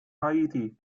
haiti